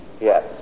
Yes